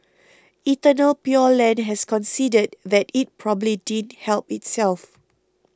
Eternal Pure Land has conceded that it probably didn't help itself